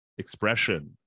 expression